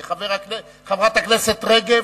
חברת הכנסת רגב.